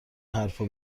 حرفا